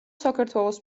საქართველოს